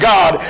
God